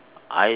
I